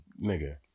nigga